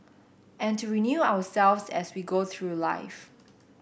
and to renew ourselves as we go through life